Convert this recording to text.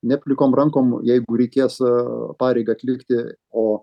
ne plikom rankom jeigu reikės pareigą atlikti o